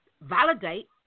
validate